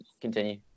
continue